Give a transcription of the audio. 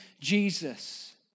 Jesus